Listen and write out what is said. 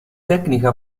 tecnica